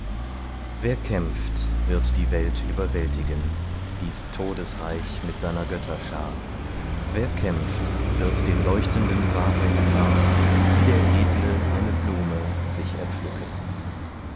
wer kämpft wird die welt überwältigen dies todesreich mit seiner götterschar wer kämpft wird den leuchtenden wahrheitpfad wie der edle eine blume sich erpflücken